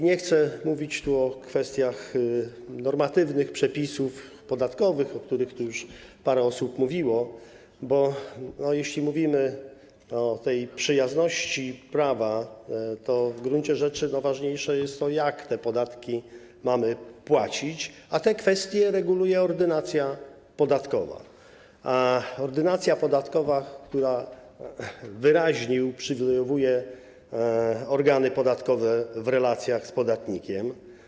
Nie chcę mówić o kwestiach normatywnych, przepisach podatkowych, o których już parę osób tu mówiło, bo jeśli mówimy o tej przyjazności prawa, to w gruncie rzeczy najważniejsze jest to, jak te podatki mamy płacić, a te kwestie reguluje Ordynacja podatkowa - Ordynacja podatkowa, która wyraźnie uprzywilejowuje organy podatkowe w relacjach z podatnikiem.